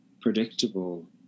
predictable